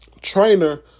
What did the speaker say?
trainer